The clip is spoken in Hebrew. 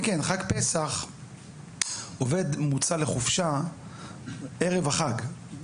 בחג פסח העובד יוצא לחופשה ערב החג,